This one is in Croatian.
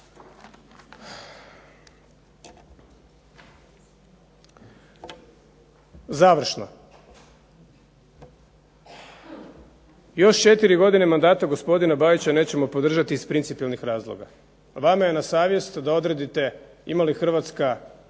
Završno. Još 4 godine mandata gospodina Bajića nećemo podržati iz principijelnih razloga. Vama je na savjest da odredite ima li Hrvatska